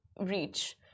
reach